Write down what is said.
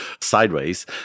Sideways